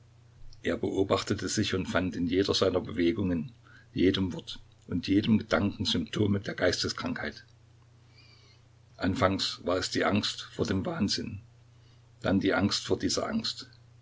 er beobachtete sich und fand in jeder seiner bewegungen jedem wort und jedem gedanken symptome der geisteskrankheit anfangs war es die angst vor dem wahnsinn dann die angst vor dieser angst